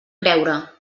creure